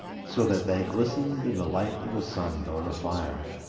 so that they glistened in the light of the sun or the fire.